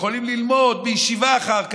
הם יכולים ללמוד בישיבה אחר כך,